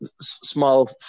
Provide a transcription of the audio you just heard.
small